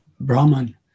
Brahman